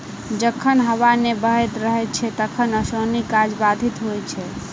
जखन हबा नै बहैत रहैत छै तखन ओसौनी काज बाधित होइत छै